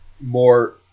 more